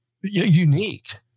unique